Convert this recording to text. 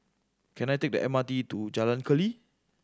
can I take the M R T to Jalan Keli